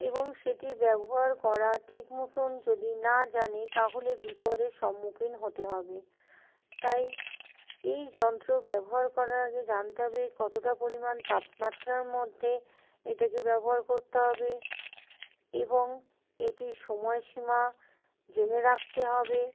এবং সেটি ব্যবহার করা ঠিক মতন যদি না জানে তাহলে বিপদের সম্মুখীন হতে হবে তাই এই যন্ত্র ব্যবহার করার আগে জানতে হবে কতটা পরিমাণ তাপমাত্রার মধ্যে এটাকে ব্যবহার করতে হবে এবং এটির সময় সীমা জেনে রাখতে হবে